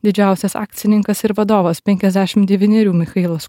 didžiausias akcininkas ir vadovas penkiasdešim devynerių michailas